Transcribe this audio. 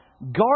guard